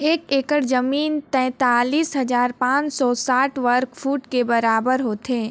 एक एकड़ जमीन तैंतालीस हजार पांच सौ साठ वर्ग फुट के बराबर होथे